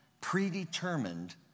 predetermined